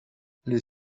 les